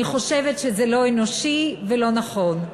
אני חושבת שזה לא אנושי ולא נכון.